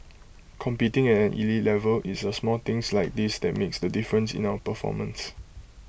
competing at an elite level it's the small things like this that makes the difference in our performance